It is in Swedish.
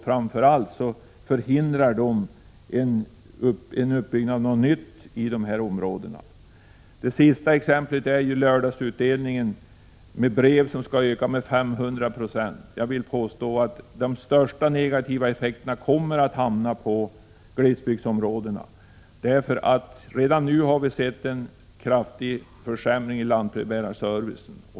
Framför allt förhindrar de en uppbyggnad av något nytt i dessa områden. Det senaste exemplet är postens lördagsutdelning, där portot för brev skall höjas med 500 96. Jag vill påstå att de största negativa effekterna kommer att visa sig i glesbygdsområdena. Redan nu har vi sett en kraftig försämring av lantbrevbärarservicen.